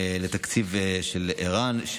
6,691,000 לתקציב של ער"ן,